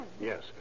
Yes